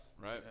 Right